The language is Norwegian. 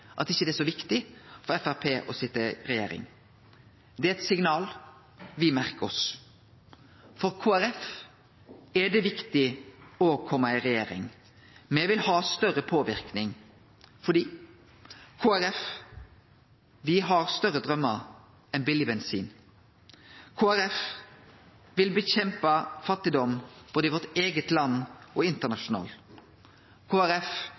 det ikkje er så viktig for Framstegspartiet å sitje i regjering. Det er eit signal me merkar oss. For Kristeleg Folkeparti er det viktig å kome i regjering. Me vil ha større påverknad fordi Kristeleg Folkeparti har større draumar enn billeg bensin. Kristeleg Folkeparti vil kjempe mot fattigdom, både i vårt eige land og